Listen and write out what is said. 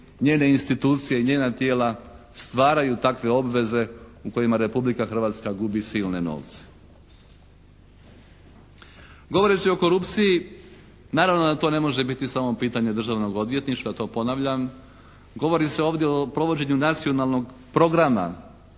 njene institucije, njena tijela stvaraju takve obveze u kojima Republika Hrvatska gubi silne novce. Govoreći o korupciji, naravno da to ne može biti samo pitanje Državnog odvjetništva, to ponavljam. Govori se ovdje o provođenju Nacionalnog programa